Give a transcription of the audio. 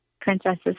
princesses